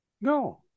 No